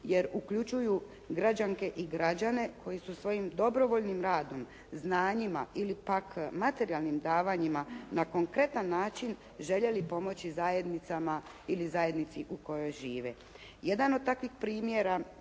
jer uključuju građanke i građane koji su svojim dobrovoljnim radom, znanjima ili pak materijalnim davanjima na konkretan način željeli pomoći zajednicama ili zajednici u kojoj žive.